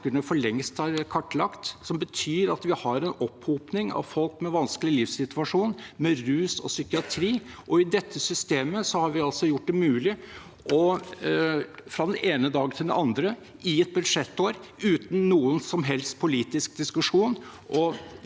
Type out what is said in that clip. forskerne for lengst har kartlagt, som betyr at vi har en opphopning av folk med vanskelig livssituasjon, med rus og psykiatri. I dette systemet har vi altså gjort det mulig å trekke ut 150 mill. kr. fra den ene dagen til den andre i et budsjettår, uten noen som helst politisk diskusjon.